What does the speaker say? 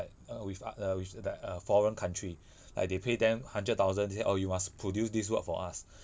err err with o~ with the foreign country like they pay them hundred thousand they say oh you must produce this work for us